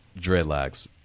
dreadlocks